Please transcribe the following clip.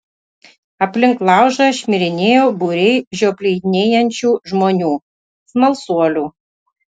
aplink laužą šmirinėjo būriai žioplinėjančių žmonių smalsuolių